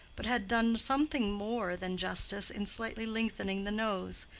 but had done something more than justice in slightly lengthening the nose,